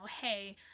hey